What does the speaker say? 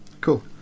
cool